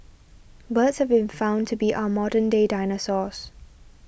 birds have been found to be our modern day dinosaurs